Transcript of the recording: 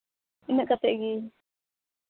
ᱤᱱᱟᱹᱜ ᱠᱟᱛᱮᱫ ᱜᱮ